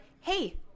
hey